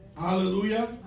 Hallelujah